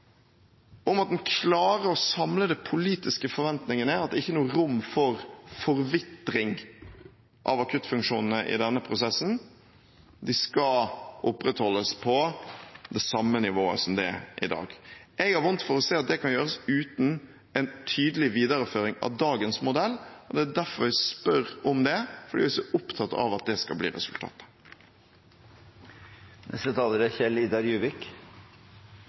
om at en klarer å samle de politiske forventningene, at det ikke er noe rom for forvitring av akuttfunksjonene i denne prosessen – de skal opprettholdes på det samme nivået som det er i dag. Jeg har vondt for å se at det kan gjøres uten en tydelig videreføring av dagens modell, og det er derfor jeg spør om det, fordi jeg er så opptatt av at det skal bli resultatet.